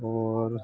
और